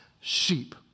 sheep